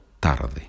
tarde